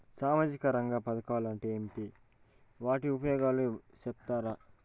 సామాజిక రంగ పథకాలు అంటే ఏమి? వాటి ఉపయోగాలు సెప్తారా?